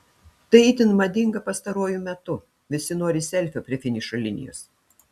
tai itin madinga pastaruoju metu visi nori selfio prie finišo linijos